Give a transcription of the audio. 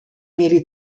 mieli